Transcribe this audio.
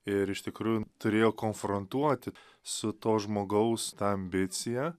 ir iš tikrų turėjo konfrontuoti su to žmogaus ta ambicija